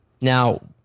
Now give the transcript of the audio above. Now